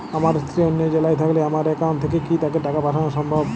আমার স্ত্রী অন্য জেলায় থাকলে আমার অ্যাকাউন্ট থেকে কি তাকে টাকা পাঠানো সম্ভব?